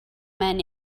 men